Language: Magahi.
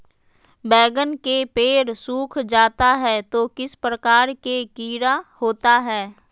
बैगन के पेड़ सूख जाता है तो किस प्रकार के कीड़ा होता है?